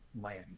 land